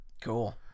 Cool